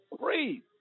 breathe